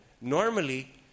Normally